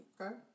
Okay